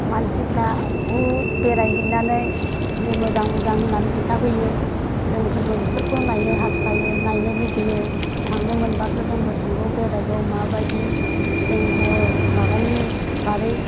मानसिफ्रा बुहुत बेरायहैनानै जि मोजां मोजां होननानै खिन्थाफैयो जोंफोरबो बेफोरखौ नायनो हास्थायो नायनो लुगैयो थांनो मोनबाथ' जोंबो थांगौ बेरायगौ माबायदि जोंबो माबानि बागै बिसोरनि